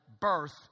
birth